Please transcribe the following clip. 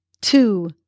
two